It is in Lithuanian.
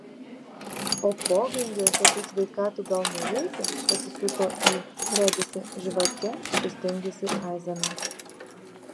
o pogrindžiuose tų sveikatų gal nereikia pasisuko į rodėsi žvake sustingusį aizeną